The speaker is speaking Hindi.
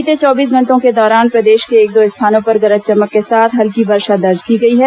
बीते चौबीस घंटों के दौरान प्रदेश के एक दो स्थानों पर गरज चमक के साथ हल्की वर्षा दर्ज की गई है